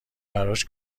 براش